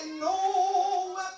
no